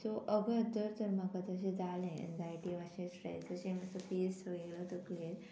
so again जर तर म्हाका तशें जालें एन्जायटी अशें स्ट्रेस जशें म्हाका पेस वयलो तकलेन